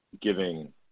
giving